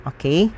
Okay